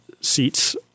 seats